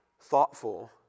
thoughtful